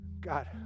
God